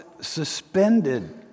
suspended